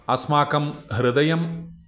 अस्माकं हृदयं